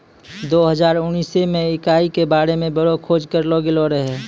दो हजार उनैस मे इकाई के बारे मे बड़ो खोज करलो गेलो रहै